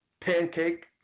Pancake